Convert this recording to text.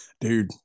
Dude